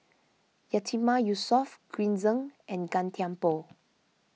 Yatiman Yusof Green Zeng and Gan Thiam Poh